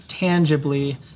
tangibly